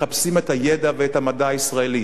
מחפשים את הידע ואת המדע הישראלי,